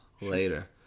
later